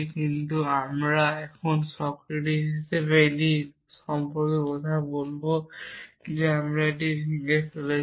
কিন্তু এখন আমরা সক্রেটিস হিসাবে এটি সম্পর্কে কথা বলব যে আমরা এটি ভেঙে ফেলছি